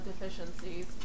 deficiencies